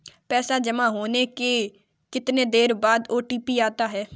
पैसा जमा होने के कितनी देर बाद ओ.टी.पी आता है?